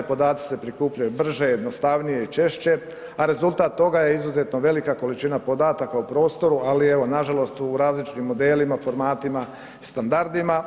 Podaci se prikupljaju brže, jednostavnije i češće, a rezultat toga je izuzetno velika količina podataka u prostoru ali evo nažalost u različitim modelima, formatima i standardima.